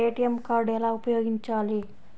ATM card ఎలా ఉపయోగించాలి?